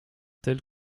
telles